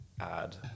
add